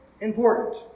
important